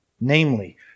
namely